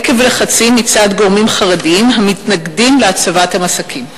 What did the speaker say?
עקב לחצים מצד גורמים חרדיים המתנגדים להצבת המסכים.